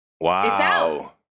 Wow